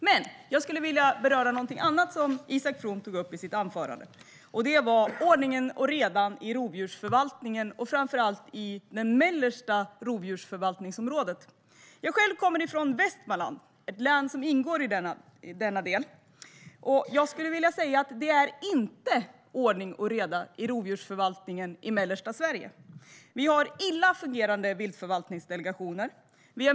Men jag skulle vilja beröra någonting annat som Isak From tog upp i sitt anförande, nämligen ordning och reda i rovdjursförvaltningen, framför allt i det mellersta rovdjursförvaltningsområdet. Själv kommer jag från Västmanland, ett län som ingår i det området, och jag skulle vilja säga att det inte är ordning och reda i rovdjursförvaltningen i mellersta Sverige. Vi har illa fungerande viltförvaltningsdelegationer.